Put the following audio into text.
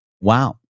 wow